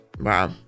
Wow